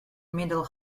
middle